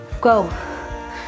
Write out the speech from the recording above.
Go